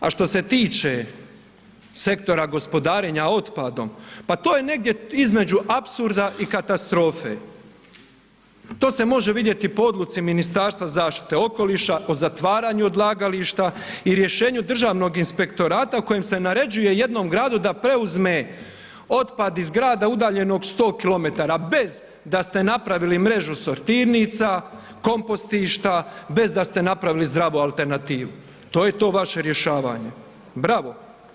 A što se tiče sektora gospodarenja otpadom, pa to je negdje između apsurda i katastrofe, to se može vidjeti po odluci Ministarstva zaštite okoliša o zatvaranju odlagališta i rješenju Državnog inspektorata u kojem se naređuje jednom gradu da preuzme otpad iz grada udaljenog 100 km bez da ste napravili mrežu sortirnica, kompostišta, bez da ste napravili zdravu alternativu, to je to vaše rješavanje, bravo.